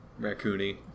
Raccoony